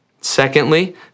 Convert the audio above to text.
Secondly